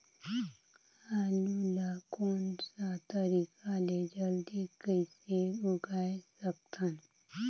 आलू ला कोन सा तरीका ले जल्दी कइसे उगाय सकथन?